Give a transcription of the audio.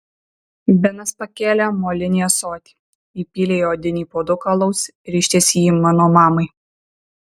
benas pakėlė molinį ąsotį įpylė į odinį puoduką alaus ir ištiesė jį mano mamai